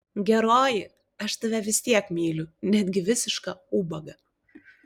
geroji aš tave vis tiek myliu netgi visišką ubagą